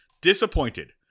Disappointed